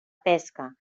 pesca